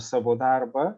savo darbą